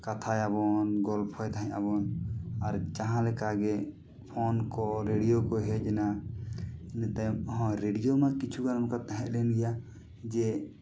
ᱠᱟᱛᱷᱟᱭᱟᱵᱚᱱ ᱜᱚᱞᱯᱚᱭ ᱛᱟᱦᱮᱜ ᱟᱵᱚᱱ ᱟᱨ ᱡᱟᱦᱟᱸ ᱞᱮᱠᱟᱜᱮ ᱯᱷᱳᱱ ᱠᱚ ᱨᱮᱰᱭᱳ ᱠᱚ ᱦᱮᱡ ᱮᱱᱟ ᱤᱱᱟᱹ ᱛᱟᱭᱚᱢ ᱦᱚᱸ ᱨᱮᱰᱭᱳ ᱢᱟ ᱠᱤᱪᱷᱩ ᱜᱟᱱ ᱚᱱᱠᱟ ᱛᱟᱦᱮᱸ ᱞᱮᱱᱜᱮᱭᱟ ᱡᱮ